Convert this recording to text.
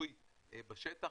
שמצוי בשטח,